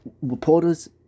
Reporters